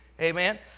amen